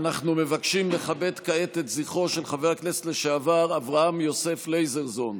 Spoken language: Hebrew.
אנחנו מבקשים לכבד כעת את זכרו של חבר הכנסת לשעבר אברהם יוסף לייזרזון,